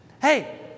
Hey